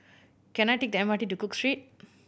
can I take the M R T to Cook Street